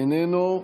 איננו,